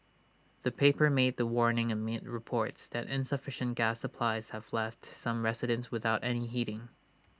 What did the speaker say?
the paper made the warning amid reports that insufficient gas supplies have left some residents without any heating